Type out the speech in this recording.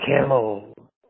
camel